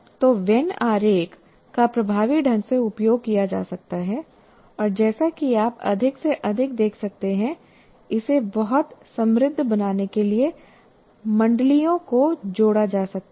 तो वेन आरेख का प्रभावी ढंग से उपयोग किया जा सकता है और जैसा कि आप अधिक से अधिक देख सकते हैं इसे बहुत समृद्ध बनाने के लिए मंडलियों को जोड़ा जा सकता है